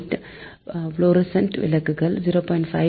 8 fluorescent விளக்குகள் 0